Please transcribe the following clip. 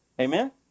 Amen